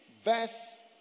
verse